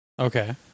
Okay